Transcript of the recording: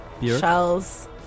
shells